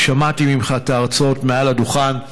כי שמעתי ממך את ההרצאות מעל הדוכן,